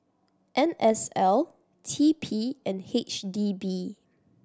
N S L T P and H D B